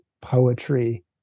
poetry